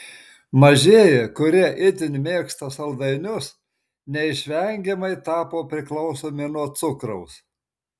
mažieji kurie itin mėgsta saldainius neišvengiamai tapo priklausomi nuo cukraus